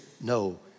no